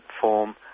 form